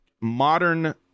modern